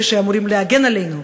אלה שאמורים להגן עלינו,